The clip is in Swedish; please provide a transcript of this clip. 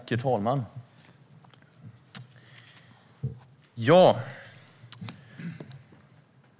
Herr talman!